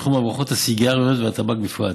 ובתחום הברחות הסיגריות והטבק בפרט.